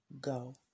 go